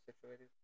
situated